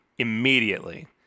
immediately